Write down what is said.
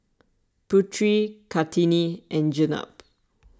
Putri Kartini and Jenab